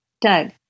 Doug